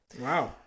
Wow